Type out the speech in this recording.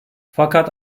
fakat